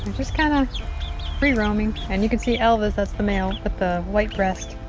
just kind of free roaming, and you can see elvis, that's the male with the white breast,